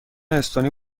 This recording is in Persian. استونی